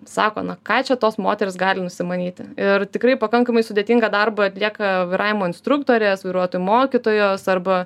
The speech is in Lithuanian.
sako na ką čia tos moterys gali nusimanyti ir tikrai pakankamai sudėtingą darbą atlieka vairavimo instruktorės vairuotojų mokytojos arba